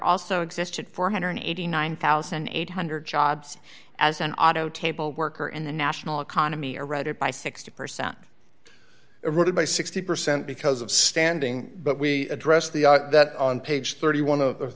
also exists at four hundred and eighty nine thousand eight hundred jobs as an auto table worker and the national economy eroded by sixty percent eroded by sixty percent because of standing but we address the that on page thirty one of